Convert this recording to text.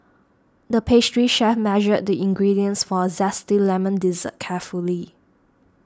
the pastry chef measured the ingredients for a Zesty Lemon Dessert carefully